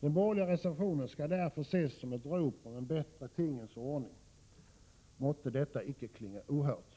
Den borgerliga reservationen skall därför ses som ett rop om en bättre tingens ordning. Måtte detta icke klinga ohört.